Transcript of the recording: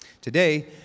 Today